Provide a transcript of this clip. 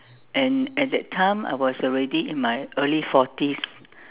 and at that time I was already in my early forties